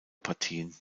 partien